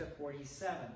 47